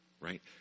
right